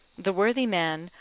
the worthy man,